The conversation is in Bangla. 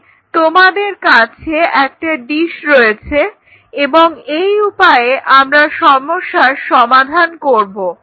তাহলে তোমাদের কাছে একটা ডিস রয়েছে এবং এই উপায়ে আমরা সমস্যার সমাধান করব